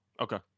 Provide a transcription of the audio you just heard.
Okay